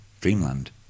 Dreamland